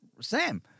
Sam